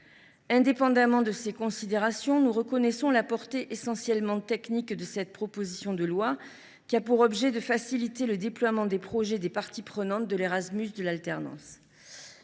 Indépendamment de ces considérations, nous reconnaissons la portée essentiellement technique de la présente proposition de loi, dont l’objet est de faciliter le déploiement de projets pour les parties prenantes de l’Erasmus de l’alternance.